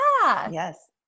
Yes